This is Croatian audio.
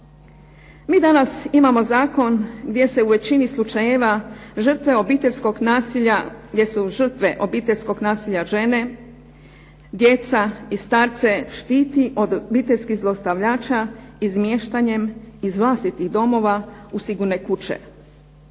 Mi danas imamo zakon gdje se u većini slučajeva žrtve obiteljskog nasilja, gdje su žrtve obiteljskog nasilja žene, djeca i starce štiti od obiteljskih zlostavljača izmještanjem iz vlastitih domova u sigurne kuće,